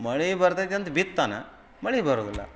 ಮಳೆ ಬರ್ತೈತಿ ಅಂತ ಬಿತ್ತಾನೆ ಮಳೆ ಬರುವುದಿಲ್ಲ